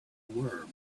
were